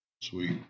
Sweet